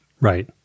Right